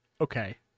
Okay